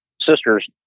sister's